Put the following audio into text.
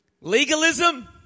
Legalism